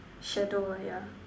shadow ah yeah